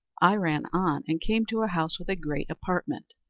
i ran on, and came to a house with a great apartment,